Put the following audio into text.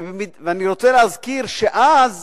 ואני רוצה להזכיר שאז